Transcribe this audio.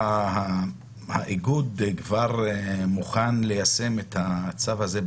האיגוד מוכן ליישם את הצו הזה,